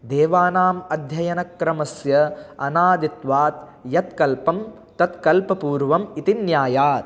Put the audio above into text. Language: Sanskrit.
देवानाम् अध्ययनक्रमस्य अनादित्वात् यत्कल्पं तत्कल्पपूर्वम् इति न्यायात्